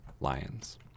Lions